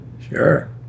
Sure